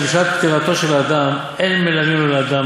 אלא שבשעת פטירתו של אדם אין מלווין לו לאדם